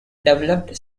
developed